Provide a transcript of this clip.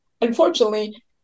Unfortunately